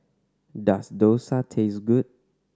does dosa taste good